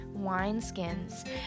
wineskins